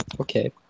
Okay